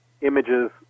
images